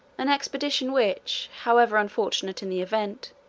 an expedition which, however unfortunate in the event,